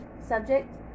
subject